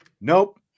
nope